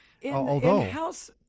in-house